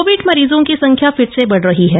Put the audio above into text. Covid मरीजों की संख्या फिर से बढ़ रही है